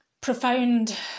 profound